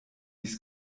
dies